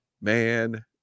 Man